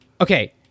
okay